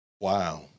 Wow